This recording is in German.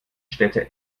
städte